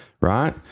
right